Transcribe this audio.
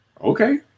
okay